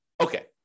Okay